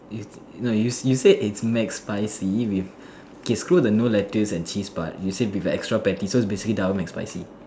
it's no you you said it's Mac spicy with okay screw the no lettuce and cheese part you say with a extra patty so it's basically double Mac spicy